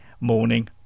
morning